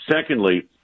Secondly